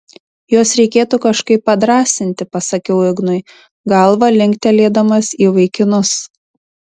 juos reikėtų kažkaip padrąsinti pasakiau ignui galva linktelėdamas į vaikinus